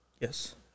Yes